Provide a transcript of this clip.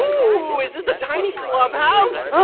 ooh, is this a tiny clubhouse? so